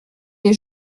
des